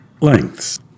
lengths